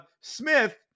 Smith